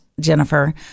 Jennifer